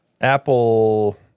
apple